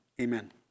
amen